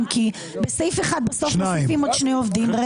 כי בסעיף אחד בסוף מוסיפים עוד שני עובדים.